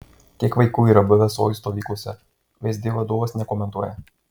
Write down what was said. kiek vaikų yra buvę sojuz stovyklose vsd vadovas nekomentuoja